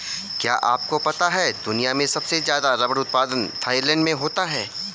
क्या आपको पता है दुनिया में सबसे ज़्यादा रबर उत्पादन थाईलैंड में होता है?